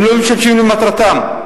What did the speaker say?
הם לא משמשים למטרתם.